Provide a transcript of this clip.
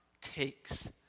takes